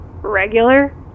Regular